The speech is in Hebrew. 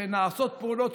שנעשות פעולות,